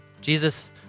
Jesus